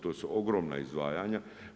To su ogromna izdvajanja.